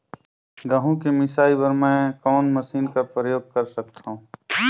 गहूं के मिसाई बर मै कोन मशीन कर प्रयोग कर सकधव?